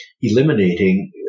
eliminating